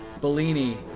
Bellini